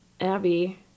Abby